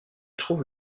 trouve